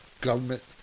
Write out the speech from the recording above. government